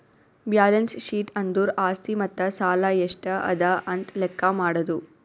balance sheet ಅಂದುರ್ ಆಸ್ತಿ ಮತ್ತ ಸಾಲ ಎಷ್ಟ ಅದಾ ಅಂತ್ ಲೆಕ್ಕಾ ಮಾಡದು